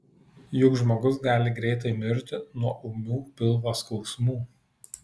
juk žmogus gali greitai mirti nuo ūmių pilvo skausmų